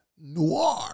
noir